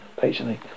patiently